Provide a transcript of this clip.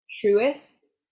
truest